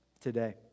today